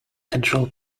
control